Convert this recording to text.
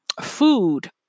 food